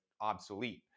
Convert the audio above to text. obsolete